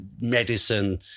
medicine